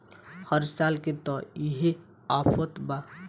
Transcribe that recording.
हर साल के त इहे आफत बा